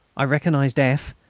i recognised f,